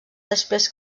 després